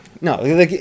no